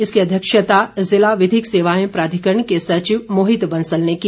इसकी अध्यक्षता जिला विधिक सेवाएं प्राधिकरण के सचिव मोहित बंसल ने की